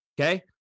okay